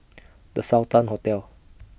The Sultan Hotel